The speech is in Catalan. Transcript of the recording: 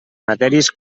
matèries